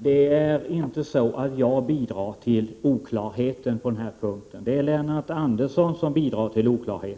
Herr talman! Det är inte jag som bidrar till oklarheten på denna punkt, utan det är Lennart Andersson som gör